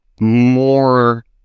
more